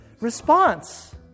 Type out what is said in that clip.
response